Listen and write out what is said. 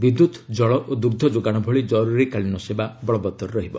ବିଦ୍ୟୁତ୍ ଜଳ ଓ ଦୁଗ୍ଧ ଯୋଗାଣ ଭଳି ଜରୁରିକାଳୀନ ସେବା ବଳବତ୍ତର ରହିବ